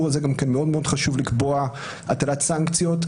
הזה גם כן מאוד חשוב לקבוע הטלת סנקציות,